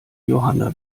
johanna